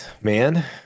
man